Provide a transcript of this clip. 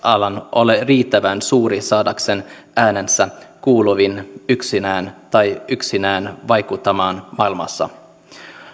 ole riittävän suuri saadakseen äänensä kuuluviin yksinään tai yksinään vaikuttamaan maailmassa